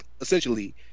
essentially